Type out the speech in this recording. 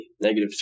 negative